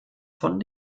von